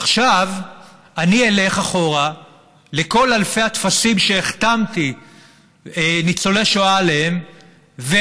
עכשיו אני אלך אחורה לכל אלפי הטפסים שהחתמתי ניצולי שואה עליהם,